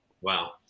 Wow